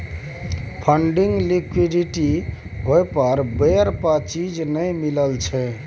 funding liquidity होइ पर बेर पर चीज नइ मिलइ छइ